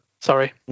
Sorry